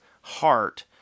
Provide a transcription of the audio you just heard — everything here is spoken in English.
heart